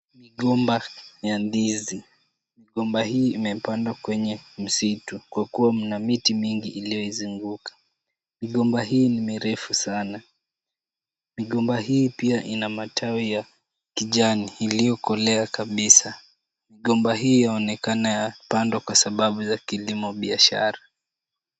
Migomba ya ndizi. Migomba hii imepandwa kwenye msitu kwa kuwa mna miti mingi iliyoizunguka. Migomba huu ni mirefu sana. Migomba hii pia ina matawi ya kijani iliyokolea kabisa. Migomba hii yanaonekana imepandwa kwa sababu ya kilimo biashara.